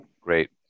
Great